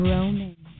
Roman